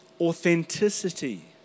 authenticity